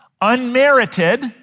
Unmerited